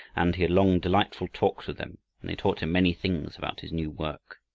and he had long delightful talks with them and they taught him many things about his new work.